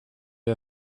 you